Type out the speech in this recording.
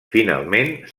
finalment